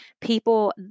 people